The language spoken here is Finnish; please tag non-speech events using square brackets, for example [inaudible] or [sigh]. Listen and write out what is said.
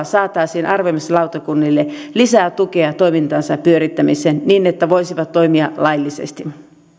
[unintelligible] saataisiin arvioimislautakunnille lisää tukea toimintansa pyörittämiseen niin että voisivat toimia laillisesti